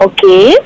Okay